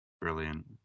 brilliant